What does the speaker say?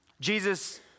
Jesus